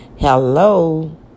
Hello